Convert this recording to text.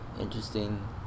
interesting